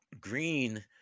Green